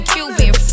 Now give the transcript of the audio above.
Cuban